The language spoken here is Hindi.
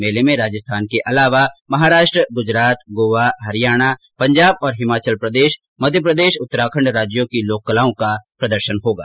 मेर्ल में राजस्थान के अलावा महाराष्ट्र गुजरात गोवा हरियाणा पंजाब हिमाचल प्रदेश मध्यप्रदेश उत्तराखंड राज्यों की लोक कलाओं का प्रदर्शन होगा